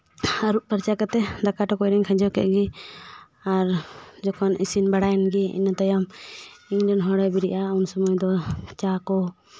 ᱟᱹᱨᱩᱵ ᱯᱷᱟᱨᱪᱟ ᱠᱟᱛᱮ ᱫᱟᱠᱟ ᱴᱩᱠᱩᱪ ᱨᱮᱧ ᱠᱷᱟᱸᱡᱚ ᱠᱮᱫ ᱜᱮ ᱟᱨ ᱡᱚᱠᱷᱚᱱ ᱤᱥᱤᱱ ᱵᱟᱲᱟᱭᱮᱱᱜᱮ ᱤᱱᱟᱹ ᱛᱟᱭᱚᱢ ᱤᱧᱨᱮᱱ ᱦᱚᱲᱮ ᱵᱮᱨᱮᱫᱼᱟ ᱩᱱ ᱥᱚᱢᱚᱭ ᱫᱚ ᱪᱟ ᱠᱚ